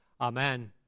Amen